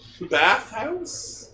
Bathhouse